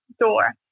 door